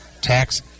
Tax